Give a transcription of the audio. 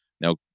now